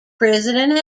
president